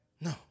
No